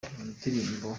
ndirimbo